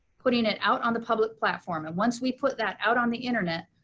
putting it out on the public platform and once we put that out on the internet,